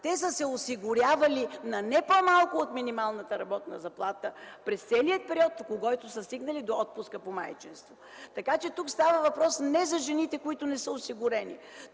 Те са се осигурявали на не по-малко от минималната работна заплата през целия период, по който са стигнали до отпуска по майчинство. Така че тук става въпрос не за жените, които не са осигурени,